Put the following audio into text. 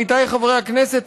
עמיתיי חברי הכנסת,